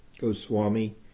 Goswami